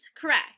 Correct